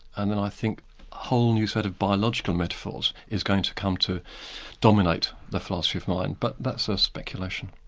and and i think a whole new set of biological metaphors is going to come to dominate the philosophy of mind. but that's a speculation.